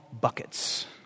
buckets